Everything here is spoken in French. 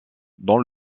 dans